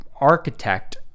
architect